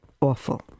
Awful